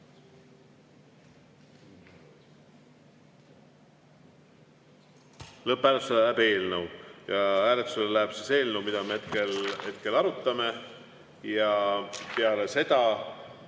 Lõpphääletusele läheb eelnõu ja hääletusele läheb see eelnõu, mida me hetkel arutame. Ja peale seda,